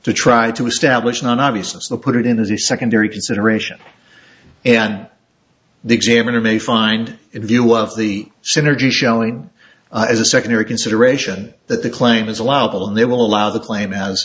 to try to establish non obviousness the put it in as a secondary consideration and the examiner may find it view of the synergy showing as a secondary consideration that the claim is allowable and they will allow the claim has